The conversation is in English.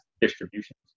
distributions